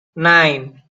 nine